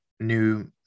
new